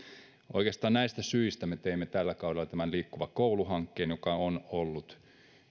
oikeastaan näistä syistä me teimme tällä kaudella tämän liikkuva koulu hankkeen joka on ollut